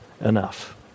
enough